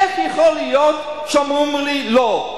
איך יכול להיות שאומרים לי לא?